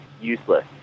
useless